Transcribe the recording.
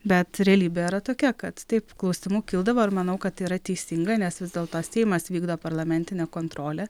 bet realybė yra tokia kad taip klausimų kildavo ir manau kad yra teisinga nes vis dėlto seimas vykdo parlamentinę kontrolę